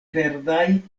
verdaj